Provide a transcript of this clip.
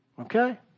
Okay